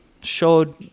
showed